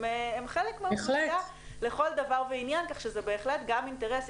הם חלק מהאוכלוסייה לכל דבר ועניין כך שזה בהחלט גם אינטרס,